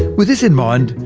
with this in mind,